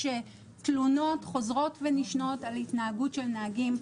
תלונות חוזרות ונשנות על התנהגות של נהגים.